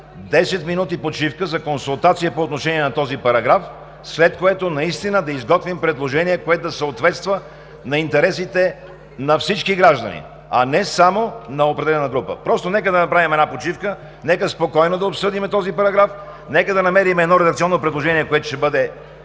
10 минути почивка за консултация по отношение на този параграф, след което наистина да изготвим предложение, което да съответства на интересите на всички граждани, а не само на определена група. Нека да направим една почивка. Нека спокойно да обсъдим този параграф. Нека да намерим едно редакционно предложение, което ще бъде